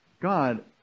God